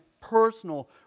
personal